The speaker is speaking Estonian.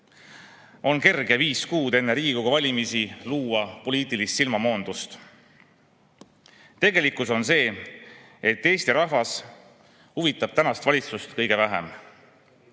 on kerge viis kuud enne Riigikogu valimisi luua poliitilist silmamoondust. Tegelikkus on see, et Eesti rahvas huvitab tänast valitsust kõige vähem.